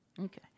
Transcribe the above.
Okay